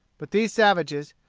but these savages,